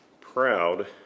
proud